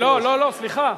לא, לא, סליחה,